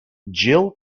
jill